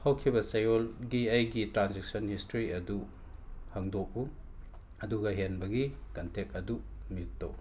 ꯍꯧꯈꯤꯕ ꯆꯌꯣꯜꯒꯤ ꯑꯩꯒꯤ ꯇ꯭ꯔꯥꯟꯖꯦꯛꯁꯟ ꯍꯤꯁꯇ꯭ꯔꯤ ꯑꯗꯨ ꯍꯥꯡꯗꯣꯛꯎ ꯑꯗꯨꯒ ꯍꯦꯟꯕꯒꯤ ꯀꯟꯇꯦꯛ ꯑꯗꯨ ꯃ꯭ꯌꯨꯠ ꯇꯧ